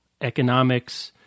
economics—